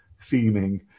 theming